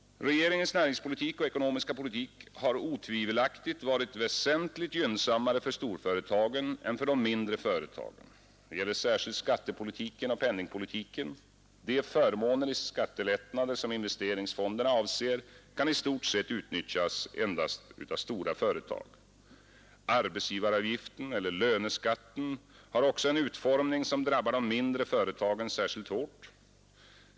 Regeringens näringspolitik och ekonomiska politik har otvivelaktigt varit gynnsammare för storföretagen än för de mindre företagen. Detta gäller särskilt skattepolitiken och penningpolitiken. De förmåner i skattelättnader, som investeringsfonderna avser, kan i stort sett utnyttjas endast av stora företag. Arbetsgivaravgiften eller löneskatten har också en utformning, som drabbar de mindre företagen särskilt hårt.